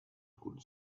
could